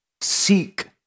Seek